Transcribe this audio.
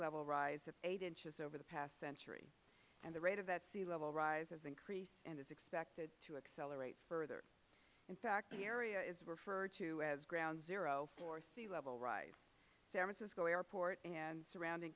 level rise of eight inches over the past century and the rate of that sea level rise has increased and is expected to accelerate further in fact the area is referred to as ground zero for sea level rise san francisco airport and surrounding